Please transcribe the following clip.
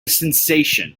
sensation